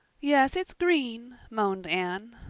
yes, it's green, moaned anne.